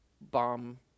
bomb